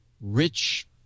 rich